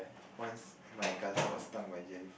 once my cousin got stung by jelly